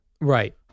Right